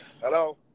hello